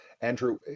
Andrew